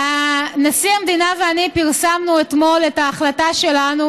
נשיא המדינה ואני פרסמנו אתמול את ההחלטה שלנו